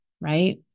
right